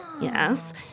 Yes